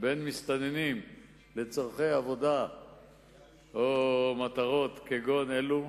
בין מסתננים לצורכי עבודה או מטרות כגון אלו